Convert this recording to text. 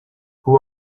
who